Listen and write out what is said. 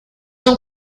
ans